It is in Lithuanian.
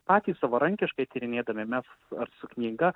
patys savarankiškai tyrinėdami mes ar su knyga